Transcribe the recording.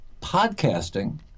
podcasting